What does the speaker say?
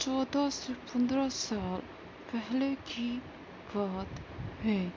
چودہ سے پندرہ سال پہلے کی بات ہے